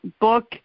book